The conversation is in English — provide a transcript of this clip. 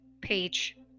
page